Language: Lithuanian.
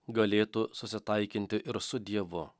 galėtų susitaikinti ir su dievu